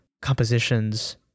compositions